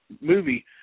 movie